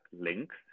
links